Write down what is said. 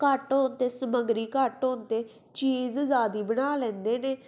ਘੱਟ ਹੋਣ 'ਤੇ ਸਮੱਗਰੀ ਘੱਟ ਹੋਣ 'ਤੇ ਚੀਜ਼ ਜਿਆਦਾ ਬਣਾ ਲੈਂਦੇ ਨੇ